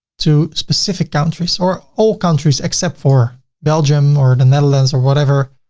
to specific countries or all countries except for belgium or the netherlands or whatever.